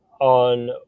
on